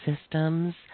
systems